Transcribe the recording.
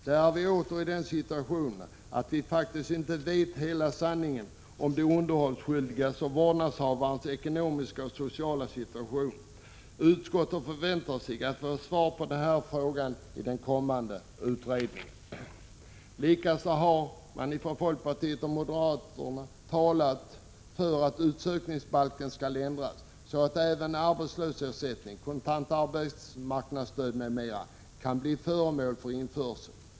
Därmed är vi åter i den situationen att vi faktiskt inte känner till hela sanningen om de underhållsskyldigas och vårdnadshavarnas ekonomis — Prot. 1986/87:50 ka och sociala situation. Utskottet förväntar sig att få svar på den fråganiden 16 december 1986 kommande utredningen. gp 0 Jae SEA SNS Likaså har man inom folkpartiet och moderata samlingspartiet talat för att utsökningsbalken skall ändras så att även arbetslöshetsersättning, kontant arbetsmarknadsstöd m.m. kan bli föremål för införsel.